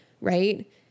Right